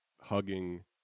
hugging